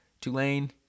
Tulane